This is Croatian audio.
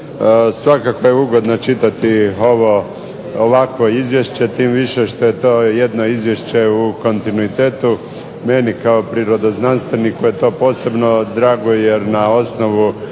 Svakako je ugodno čitati ovakvo izvješće tim više što je to izvješće u kontinuitetu, meni kao znanstveniku je to posebno drago jer na osnovu